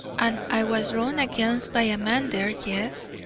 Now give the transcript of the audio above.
and i was run against by a man there, yes.